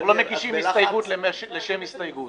אנחנו לא מגישים הסתייגות לשם הסתייגות.